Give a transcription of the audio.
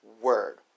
word